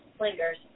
lingers